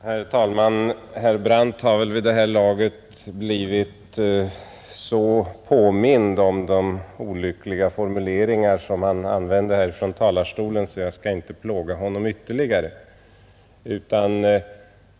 Herr talman! Herr Brandt har väl vid det här laget blivit så påmind om de olyckliga formuleringar han använde här i talarstolen, så jag skall inte plåga honom ytterligare.